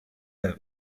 der